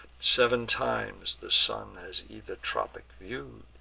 sev'n times the sun has either tropic view'd,